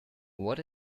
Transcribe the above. what